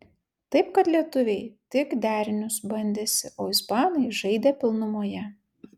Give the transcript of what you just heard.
taip kad lietuviai tik derinius bandėsi o ispanai žaidė pilnumoje